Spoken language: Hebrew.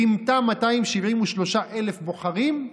רימתה 273,000 בוחרים,